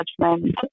judgment